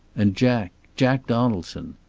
and jack. jack donaldson.